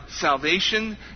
salvation